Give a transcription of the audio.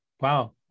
Wow